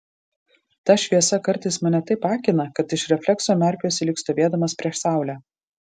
ta šviesa kartais mane taip akina kad iš reflekso merkiuosi lyg stovėdamas prieš saulę